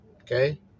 Okay